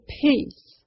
peace